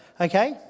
Okay